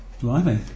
Blimey